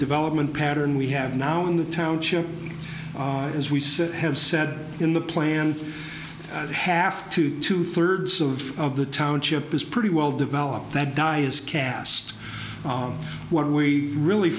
development pattern we have now in the township as we said have said in the plan half to two thirds of of the township is pretty well developed that di is key asked what we really